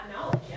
knowledge